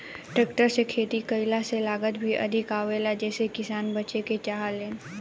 tractor से खेती कईला से लागत भी अधिक आवेला जेइसे किसान बचे के चाहेलन